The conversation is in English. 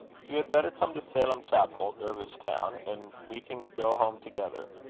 you had better come to salem chapel, dervish town, and we can go home together.